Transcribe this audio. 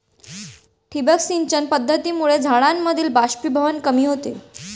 ठिबक सिंचन पद्धतीमुळे झाडांमधील बाष्पीभवन कमी होते